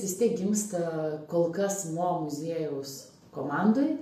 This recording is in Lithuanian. vis tiek gimsta kol kas mo muziejaus komandoj